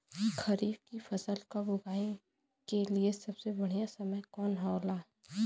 खरीफ की फसल कब उगाई के लिए सबसे बढ़ियां समय कौन हो खेला?